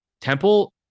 Temple